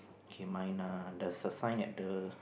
K mine uh there's a sign at the